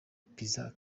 pizza